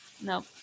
No